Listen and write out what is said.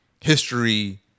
history